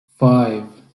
five